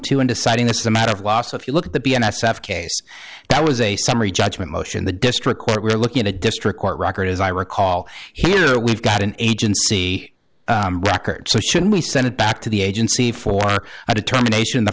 too in deciding this is a matter of law so if you look at the b s f case that was a summary judgment motion the district court we're looking at a district court record as i recall here we've got an agency record so should we send it back to the agency for a determination the